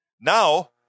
Now